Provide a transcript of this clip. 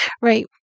Right